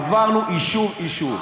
עברנו יישוב-יישוב.